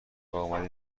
واومدین